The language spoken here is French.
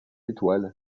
étoile